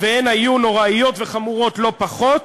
והן היו נוראיות וחמורות לא פחות,